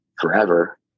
forever